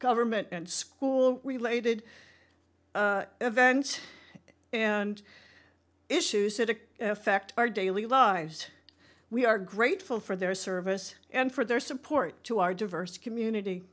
government and school related events and issues sytycd affect our daily lives we are grateful for their service and for their support to our diverse community